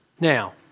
now